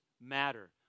matter